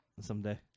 someday